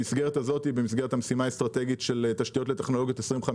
במסגרת המשימה האסטרטגית של תשתיות לטכנולוגיות 2050,